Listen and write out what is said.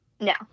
No